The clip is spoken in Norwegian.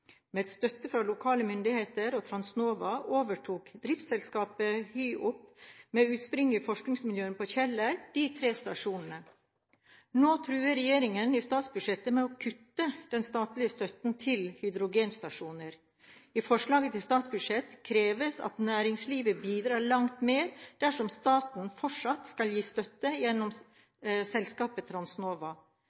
Med støtte fra lokale myndigheter og Transnova overtok driftsselskapet HYOP, med utspring i forskningsmiljøer på Kjeller, de tre stasjonene. Nå truer regjeringen i statsbudsjettet med å kutte den statlige støtten til hydrogenstasjoner. I forslaget til statsbudsjett kreves det at næringslivet bidrar langt mer dersom staten fortsatt skal gi støtte gjennom selskapet Transnova.